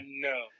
No